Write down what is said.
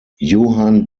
johann